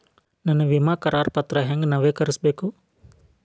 ನನ್ನ ವಿಮಾ ಕರಾರ ಪತ್ರಾ ಹೆಂಗ್ ನವೇಕರಿಸಬೇಕು?